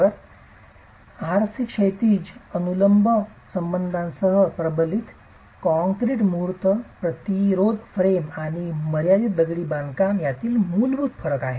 तर RC क्षैतिज आणि अनुलंब संबंधांसह प्रबलित काँक्रीट मुहूर्त प्रतिरोध फ्रेम आणि मर्यादित दगडी बांधकाम यातील मूलभूत फरक आहे